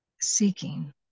seeking